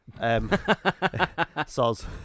Soz